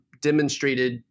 demonstrated